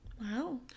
Wow